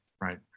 Right